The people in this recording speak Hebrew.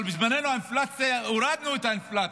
אבל בזמננו, הורדנו את האינפלציה,